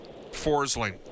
Forsling